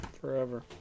Forever